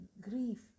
grief